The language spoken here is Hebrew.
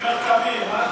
כל כך תמים, אה?